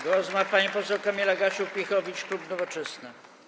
Głos ma pani poseł Kamila Gasiuk-Pihowicz, klub Nowoczesna.